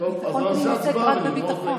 אבל ביטחון פנים עוסק רק בביטחון.